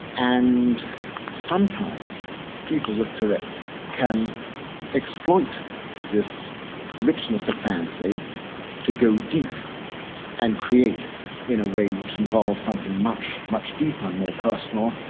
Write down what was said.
and sometimes people with tourette's can exploit this richness of fancy to go deep and create in a way which involves something much, much deeper and more personal,